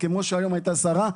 כמו שהיום הייתה סערה.